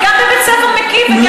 זה גם בבית-ספר מקיף וגם,